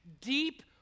deep